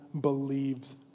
believes